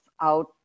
out